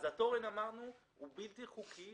כפי שאמרנו, התורן הוא בלתי חוקי